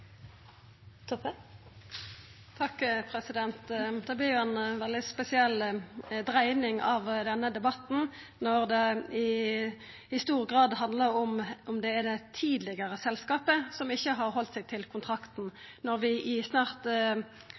Det vart jo ei veldig spesiell dreiing av denne debatten når han i stor grad handlar om at det er det tidlegare selskapet som ikkje har halde seg til kontrakten – når vi i snart